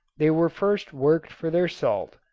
they were first worked for their salt,